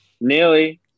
Nearly